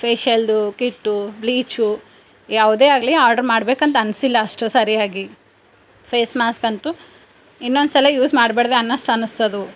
ಫೇಶಿಯಲ್ದು kit bleach ಯಾವುದೇ ಆಗಲಿ order ಮಾಡ್ಬೇಕಂತೆ ಅನಿಸಿಲ್ಲ ಅಷ್ಟು ಸರಿಯಾಗಿ ಫೇಸ್ ಮಾಸ್ಕ್ ಅಂತೂ ಇನ್ನೊಂದು ಸಲ ಯೂಸ್ ಮಾಡ್ಬಾರ್ದೇ ಅನ್ನೊಷ್ಟು ಅನಿಸ್ತದ